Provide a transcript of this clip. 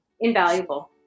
invaluable